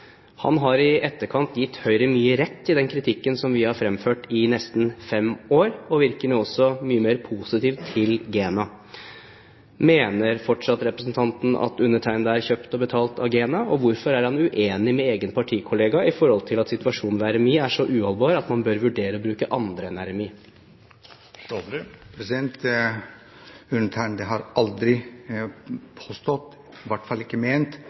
Han har i etterkant gitt Høyre mye rett i den kritikken som vi har fremført i nesten fem år, og han virker nå også mye mer positiv til GENA. Mener fortsatt representanten at undertegnede er kjøpt og betalt av GENA, og hvorfor er han uenig med sin partikollega i at situasjonen ved RMI er så uholdbar at man bør vurdere å bruke andre enn RMI? Undertegnede har aldri påstått, i hvert fall ikke ment,